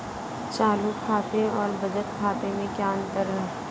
चालू खाते और बचत खाते में क्या अंतर है?